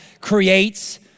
creates